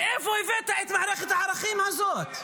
מאיפה הבאת את מערכת הערכים הזאת?